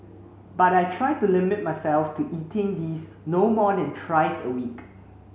but I try to limit myself to eating these no more than thrice a week